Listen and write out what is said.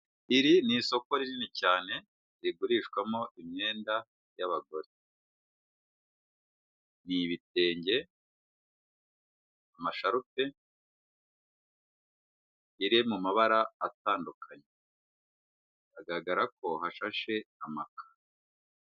Iri ni isoko rinini cyane, rigurishwamo imyenda y'abagore, ni ibitenge, amasharupe biri mu mabara atandukanye, hagaragara ko hashashe amakaro.